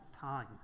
time